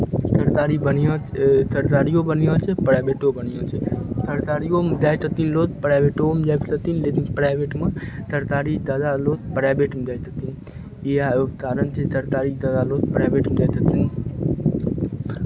सरतारी बढ़िआँ सरतारिओ बढ़िआँ छै प्राइवेटो बढ़िआँ छै सरतारिओमे दाइ छथिन लोद प्राइवेटोमे जाइ छथिन लेतिन प्राइवेटमे सरतारीसँ जादा लोद प्राइवेटमे दाइ छथिन इएह एदो तारण छै जे सरतारीसँ जादा लोद प्राइवेटमे दाइ छथिन